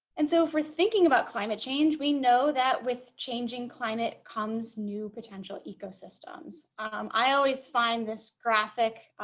and so if we're thinking about climate change we know that with changing climate comes new potential ecosystems um i always find this graphic